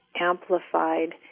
amplified